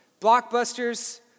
Blockbusters